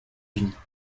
unies